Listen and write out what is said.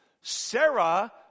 Sarah